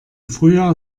frühjahr